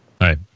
Right